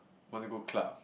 want to go club